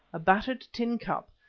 a battered tin cup,